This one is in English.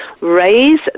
raise